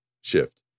shift